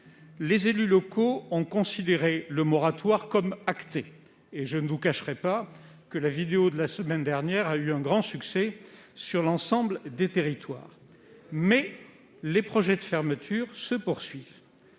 Les élus locaux ont considéré ce moratoire comme acté, et je ne vous cacherai pas que la vidéo de la semaine dernière a eu un grand succès dans l'ensemble des territoires. Mais les projets de fermeture se poursuivent.